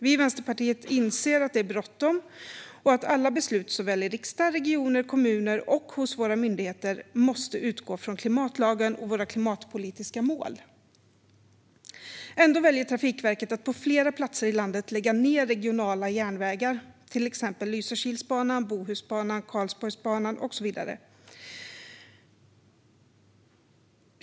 Vi i Vänsterpartiet inser att det är bråttom och att alla beslut såväl i riksdag, regioner och kommuner som hos våra myndigheter måste utgå från klimatlagen och våra klimatpolitiska mål. Ändå väljer Trafikverket att på flera platser i landet lägga ned regionala järnvägar, till exempel Lysekilsbanan, Bohusbanan, Karlsborgsbanan och så vidare.